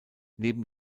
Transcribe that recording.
neben